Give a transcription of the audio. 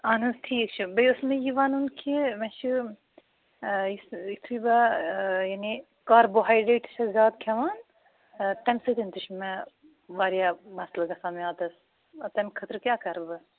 اَہَن حظ ٹھیٖک چھُ بیٚیہِ اوس مےٚ یہِ وَنُن کہِ مےٚ چھُ آ یُس یِتھُے بہٕ یعنی کاربوہایڈریٹٕس چھَس زیادٕ کھٮ۪وان آ تَمہِ سۭتۍ تہِ چھُ مےٚ واریاہ مَسلہٕ گَژھان میادَس تَمہِ خٲطرٕ کیٛاہ کَرٕ بہٕ